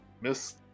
Miss